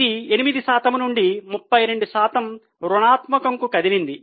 ఇది 8 శాతం నుండి 32 శాతం రుణాత్మకం కు కదిలింది